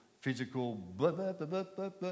physical